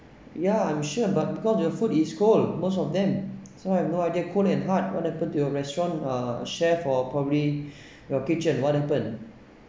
yeah I'm sure but because the food is cold most of them so I have no idea cold and hard what happen to your restaurant uh chef or probably your kitchen what happened